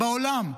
בעולם,